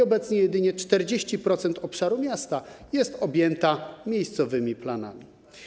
Obecnie jedynie 40% obszaru miasta jest objęte miejscowymi planami.